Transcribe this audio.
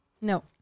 No